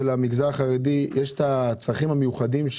המגזר החרדי שיש לו את הצרכים המיוחדים.